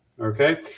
Okay